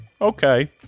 okay